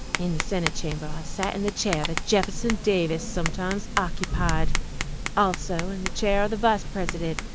in the senate chamber i sat in the chair that jefferson davis sometimes occupied also in the chair of the vice-president,